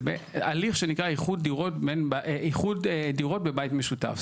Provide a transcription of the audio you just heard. זה הליך שנקרא איחוד דירות בבית משותף.